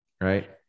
Right